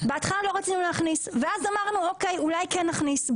בהתחלה לא רצינו להכניס ואז אמרנו שאולי כן נכניס.